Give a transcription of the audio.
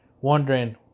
wondering